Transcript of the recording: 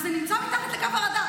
וזה נמצא מתחת לקו הרדאר.